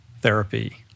therapy